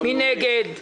מי נגד?